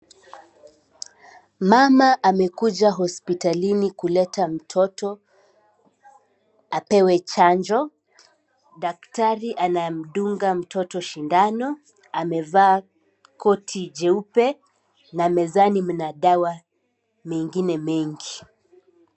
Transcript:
Mama amekuja hospitalini kuleta mtoto apewe chanjo, daktari anamdunga mtoto sindano, amevaa koti jeupe na mezani mna dawa mengine mengi.